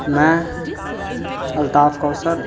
میں الطاف کوثر